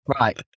Right